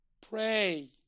Pray